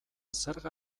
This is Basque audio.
zerga